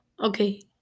Okay